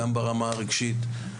גם ברמה הרגשית.